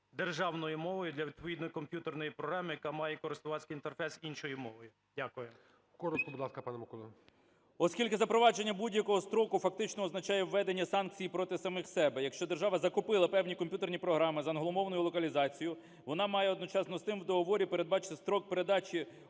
державною мовою для відповідної комп'ютерної програми, яка має користувацький інтерфейс іншою мовою. Дякую. ГОЛОВУЮЧИЙ. Коротко, будь ласка, пане Миколо. 14:05:56 КНЯЖИЦЬКИЙ М.Л. Оскільки запровадження будь-якого строку фактично означає введення санкцій проти самих себе, якщо держава закупила певні комп'ютерні програми з англомовною локалізацією, вона має одночасно з тим в договорі передбачити строк передачі